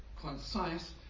concise